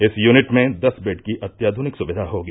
इस यूनिट र्मे दस बेड की अत्याधुनिक सुविधा होगी